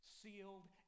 sealed